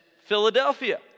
Philadelphia